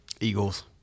Eagles